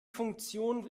funktion